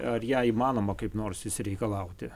ar ją įmanoma kaip nors išsireikalauti